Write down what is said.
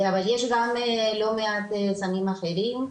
אבל יש גם לא מעט סמים אחרים.